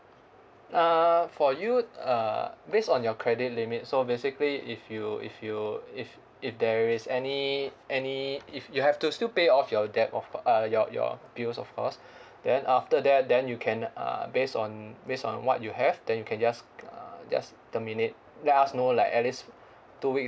uh for you uh based on your credit limit so basically if you if you if if there is any any if you have to still pay off your debt of co~ uh your your bills of course then after that then you can uh based on based on what you have then you can just uh just terminate let us know like at least two weeks